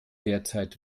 derzeit